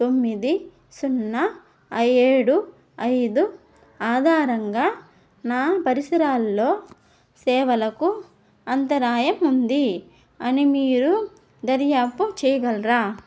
తొమ్మిది సున్నా ఏడు ఐదు ఆధారంగా నా పరిసరాల్లో సేవలకు అంతరాయం ఉంది అని మీరు దర్యాప్తు చేయగలరా